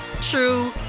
true